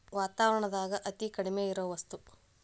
ವಾತಾವರಣದಾಗ ಅತೇ ಕಡಮಿ ಇರು ವಸ್ತು